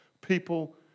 people